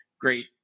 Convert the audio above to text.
great